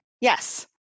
Yes